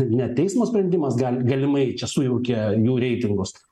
ne teismo sprendimas gali galimai čia sujaukė jų reitingus